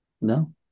No